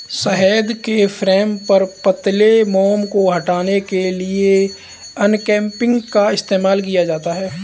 शहद के फ्रेम पर पतले मोम को हटाने के लिए अनकैपिंग का इस्तेमाल किया जाता है